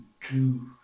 two